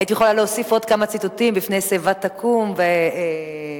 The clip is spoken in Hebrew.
הייתי יכולה להוסיף עוד כמה ציטוטים: "בפני שיבה תקום" ו"אל